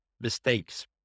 mistakes